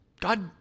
God